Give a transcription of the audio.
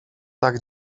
tak